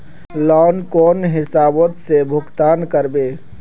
Loan कौन हिसाब से भुगतान करबे?